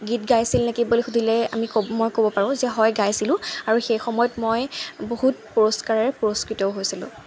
গীত গাইছিল নেকি বুলি সুধিলে আমি ক'ব মই ক'ব পাৰোঁ যে হয় গাইছিলোঁ আৰু সেই সময়ত মই বহুত পুৰস্কাৰেৰে পুৰস্কৃতও হৈছিলোঁ